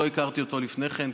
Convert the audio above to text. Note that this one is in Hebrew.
אני לא הכרתי אותו לפני כן,